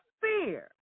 fear